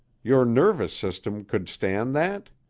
your nervous system could stand that?